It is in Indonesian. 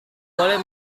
boleh